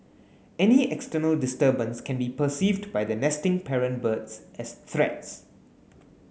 any external disturbance can be perceived by the nesting parent birds as threats